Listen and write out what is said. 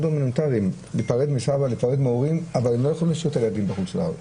הומניטריים --- אבל הם לא יכניסו את הילדים מחו"ל.